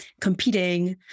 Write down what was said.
competing